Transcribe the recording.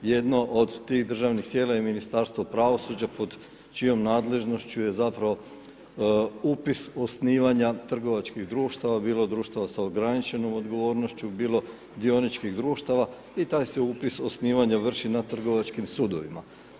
Jedno od tih državnih tijela je i ministarstvo pravosuđa pod čijom nadležnošću je zapravo upis osnivanja trgovačkih društava, bilo društava s ograničenom odgovornošću, bilo dioničkih društava i taj se upis osnivanja vrši na trgovačkim sudovima.